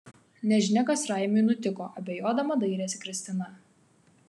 nežinia kas raimiui nutiko abejodama dairėsi kristina